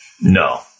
No